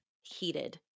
heated